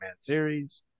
series